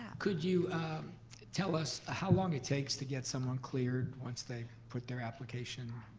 could you tell us how long it takes to get someone cleared once they put their application